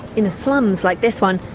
in the slums like this one,